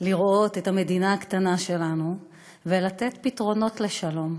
לראות את המדינה הקטנה שלנו ולתת פתרונות של שלום.